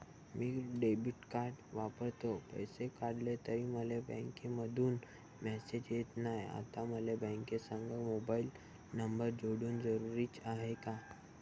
मी debit card वापरतो, पैसे काढले तरी मले बँकेमंधून मेसेज येत नाय, आता मले बँकेसंग मोबाईल नंबर जोडन जरुरीच हाय का?